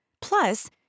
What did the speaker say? Plus